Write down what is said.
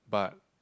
but